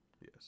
Yes